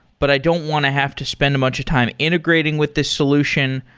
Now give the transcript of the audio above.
but i don't want to have to spend a bunch of time integrating with this solution.